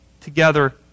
together